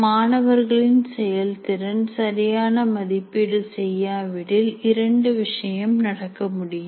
மாணவர்களின் செயல்திறன் சரியாக மதிப்பீடு செய்யாவிடில் இரண்டு விஷயம் நடக்க முடியும்